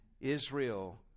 Israel